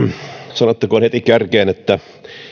sanottakoon heti kärkeen että